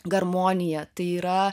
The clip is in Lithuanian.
garmonija tai yra